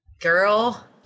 Girl